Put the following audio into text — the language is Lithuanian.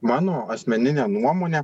mano asmenine nuomone